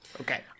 Okay